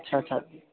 अच्छा अच्छा